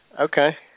Okay